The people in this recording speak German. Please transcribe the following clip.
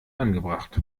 angebracht